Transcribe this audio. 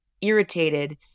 irritated